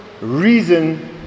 reason